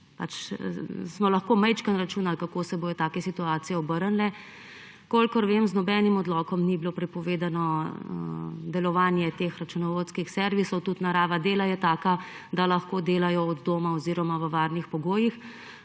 smo že lahko računali, kako se bodo te situacije obrnile. Kolikor vem, z nobenim odlokom ni bilo prepovedano delovanje teh računovodskih servisov, tudi narava dela je takšna, da lahko delajo od doma oziroma v varnih pogojih.